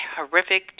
horrific